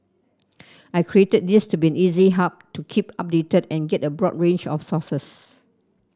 I created this to be easy hub to keep updated and get a broad range of sources